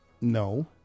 No